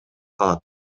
калат